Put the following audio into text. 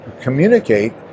communicate